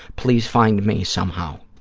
please find me somehow.